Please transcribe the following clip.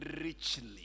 Richly